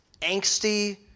angsty